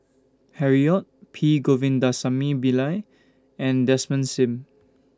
Harry ORD P Govindasamy Pillai and Desmond SIM